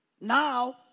Now